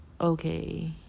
okay